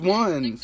one